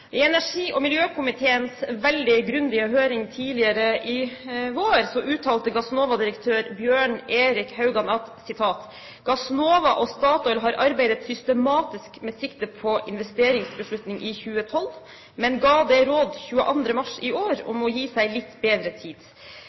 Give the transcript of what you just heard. I energi- og miljøkomiteens veldig grundige høring tidligere i vår, uttalte Gassnova-direktør Bjørn-Erik Haugan at Gassnova og Statoil har arbeidet systematisk med sikte på investeringsbeslutning i 2012, men ga det råd 22. mars i år om å gi seg litt bedre tid.